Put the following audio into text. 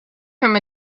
from